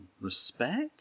respect